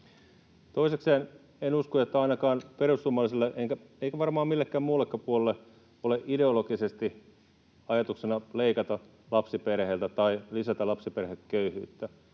Toisekseen en usko, ettei ainakaan perussuomalaisille eikä varmaan millekään muullekaan puolueelle ole ideologisesti ajatuksena leikata lapsiperheiltä tai lisätä lapsiperheköyhyyttä.